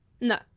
No